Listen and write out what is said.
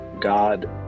God